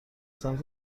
سمت